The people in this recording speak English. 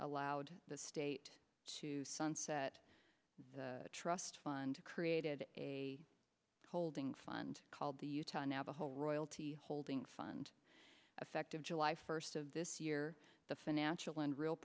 allowed the state to sunset the trust fund created a holding fund called the utah navajo royalty holding fund effective july first of this year the financial and real